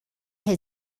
had